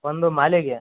ಒಂದು ಮಾಲೆಗೆ